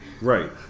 right